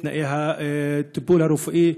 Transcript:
תנאי הטיפול הרפואי,